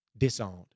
disowned